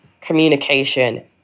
communication